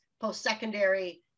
post-secondary